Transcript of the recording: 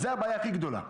זו הבעיה הכי גדולה.